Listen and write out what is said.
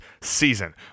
season